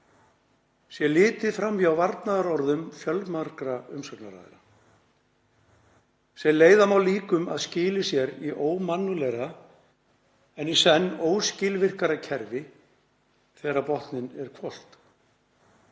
sé litið fram hjá varnarorðum fjölmargra umsagnaraðila, sem leiða má líkum að að skili sér í ómannúðlegra en í senn óskilvirkara kerfi þegar á botninn er hvolft.